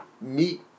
meet